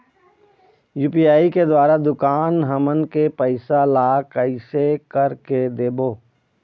UPI के द्वारा दुकान हमन के पैसा ला कैसे कर के देबो?